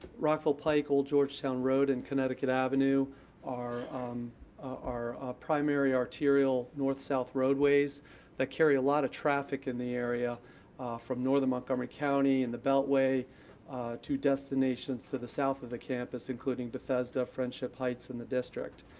rockville pike, old georgetown road and connecticut avenue are um are primary arterial north-south roadways that carry a lot of traffic in the area from northern montgomery county and the beltway to destinations to the south of the campus, including bethesda, friendship heights, and the district.